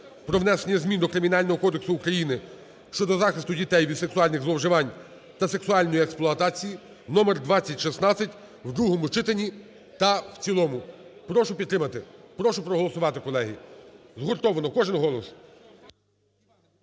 про внесення змін до Кримінального кодексу України щодо захисту дітей від сексуальних зловживань та сексуальної експлуатації (№ 2016) в другому читанні та в цілому. Прошу підтримати, прошу проголосувати, колеги, згуртовано, кожен голос.